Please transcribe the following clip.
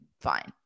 fine